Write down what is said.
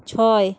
ছয়